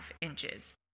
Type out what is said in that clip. inches